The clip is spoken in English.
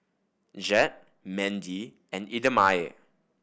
Jett Mendy and Idamae